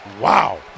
Wow